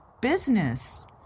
business